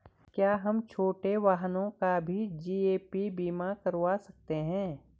क्या हम छोटे वाहनों का भी जी.ए.पी बीमा करवा सकते हैं?